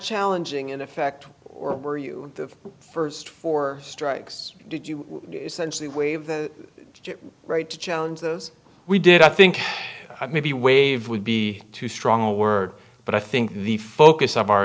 challenging in effect or were you the first four strikes did you sense the wave the right to challenge those we did i think maybe wave would be too strong a word but i think the focus o